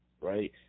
Right